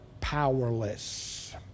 powerless